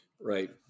Right